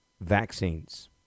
Vaccines